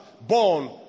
Born